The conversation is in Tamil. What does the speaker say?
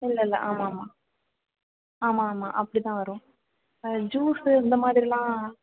இல்லைல்ல ஆமாம் ஆமாம் ஆமாம் ஆமாம் அப்படிதான் வரும் ஜூஸ்ஸு இந்த மாதிரில்லாம்